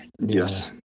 Yes